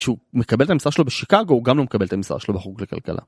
הוא מקבל את המשרד שלו בשיקגו, הוא גם לא מקבל את המשרד שלו בחוג לכלכלה.